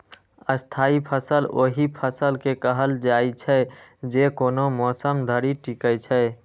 स्थायी फसल ओहि फसल के कहल जाइ छै, जे कोनो मौसम धरि टिकै छै